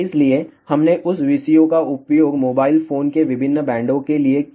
इसलिए हमने उस VCO का उपयोग मोबाइल फोन के विभिन्न बैंडों के लिए किया